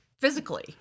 physically